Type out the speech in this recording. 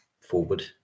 forward